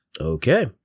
Okay